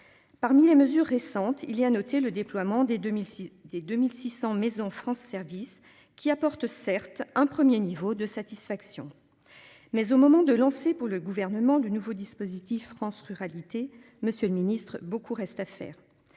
Parmi les mesures récentes il est à noter le déploiement des 2006 des 2600 maison France Service qui apporte certes un 1er niveau de satisfaction. Mais au moment de lancer pour le gouvernement du nouveau dispositif France ruralité. Monsieur le Ministre, beaucoup reste à faire.